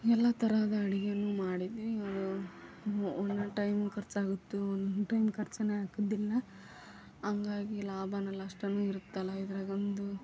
ಎಲ್ಲ ತರಹದ ಅಡುಗೆಯನ್ನು ಮಾಡಿದೆ ಏನು ಒಂದೊಂದು ಟೈಮ್ ಖರ್ಚಾಗಿತ್ತು ಒಂದೊಂದು ಟೈಮ್ ಖರ್ಚೇನು ಆಗುವುದಿಲ್ಲ ಹಂಗಾಗಿ ಲಾಭವೂ ನಷ್ಟವೂ ಇರುತ್ತಲ್ಲ ಇದರಾಗೊಂದು